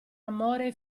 amore